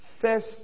first